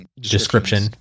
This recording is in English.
description